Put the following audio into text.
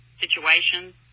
situations